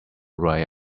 write